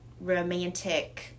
romantic